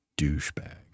douchebag